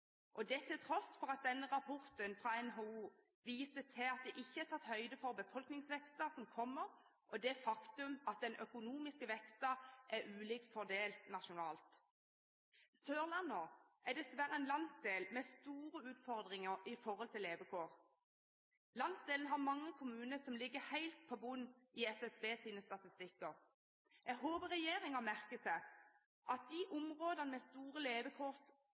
og Stavanger, til tross for at denne rapporten fra NHO viser at det ikke er tatt høyde for befolkningsveksten som kommer, og det faktum at den økonomiske veksten er ulikt fordelt nasjonalt. Sørlandet er dessverre en landsdel med store utfordringer i forhold til levekår. Landsdelen har mange kommuner som ligger helt på bunnen i SSBs statistikker. Jeg håper regjeringen merker seg at områdene med store